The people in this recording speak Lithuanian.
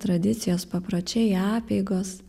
tradicijos papročiai apeigos